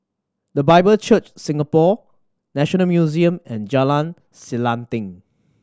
The Bible Church Singapore National Museum and Jalan Selanting